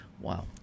Wow